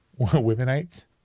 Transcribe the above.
Womenites